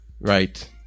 Right